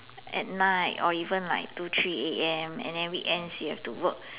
at night or even like two three A_M and weekends you have to work